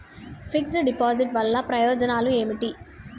Fix డ్ deposit వల్ల ప్రయోజనాలు ఏమిటి?